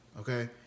Okay